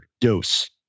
Dose